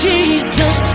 Jesus